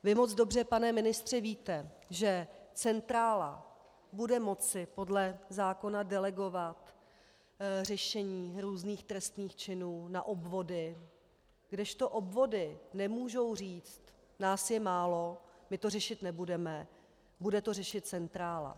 Vy moc dobře, pane ministře, víte, že centrála bude moci podle zákona delegovat řešení různých trestných činů na obvody, kdežto obvody nemohou říct: nás je málo, my to řešit nebudeme, bude to řešit centrála.